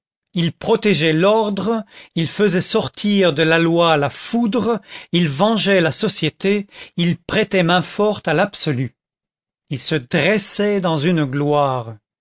il protégeait l'ordre il faisait sortir de la loi la foudre il vengeait la société il prêtait main-forte à l'absolu il se dressait dans une gloire